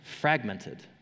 Fragmented